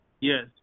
Yes